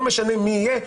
לא משנה מי זה יהיה,